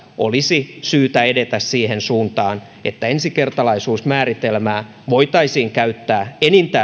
olisi syytä edetä siihen suuntaan että ensikertalaisuusmääritelmää voitaisiin käyttää